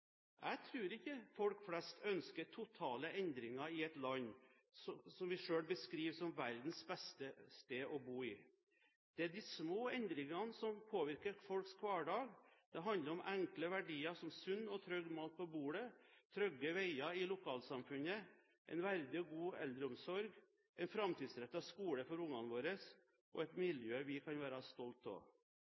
Jeg tror ikke folk flest ønsker totale endringer i et land vi selv beskriver som verdens beste land å bo i. Det er de små endringene som påvirker folks hverdag. Det handler om enkle verdier som sunn og trygg mat på bordet, trygge veier i lokalsamfunnet, en verdig og god eldreomsorg, en framtidsrettet skole for ungene våre og et miljø vi kan være stolte av.